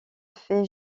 fait